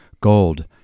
Gold